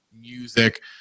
music